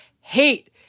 hate